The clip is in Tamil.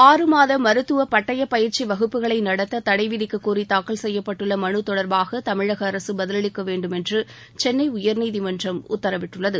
ஆறு மாத மருத்துவப் பட்டயப் பயிற்சி வகுப்புகளை நடத்த தடை விதிக்கக் கோரி தாக்கல் செய்யப்பட்டுள்ள மனு தொடர்பாக தமிழக அரசு பதிலளிக்க வேண்டும் என்று சென்னை உயர்நீதிமன்றம் உத்தரவிட்டுள்ளது